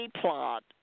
plot